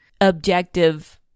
objective